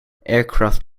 aircraft